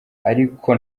ariko